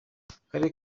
akarere